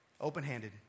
Open-handed